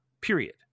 period